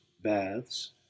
baths